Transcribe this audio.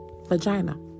vagina